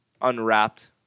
unwrapped